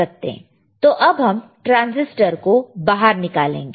तो अब हम ट्रांसिस्टर को बाहर निकालेंगे